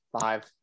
five